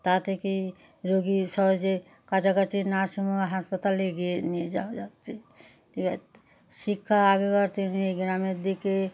তা থেকেই রোগী সহজে কাছাকাছি নার্সিং হোম হাসপাতালে গিয়ে নিয়ে যাওয়া যাচ্ছে ঠিক আছে শিক্ষা আগেকার দিনে এই গ্রামের দিকে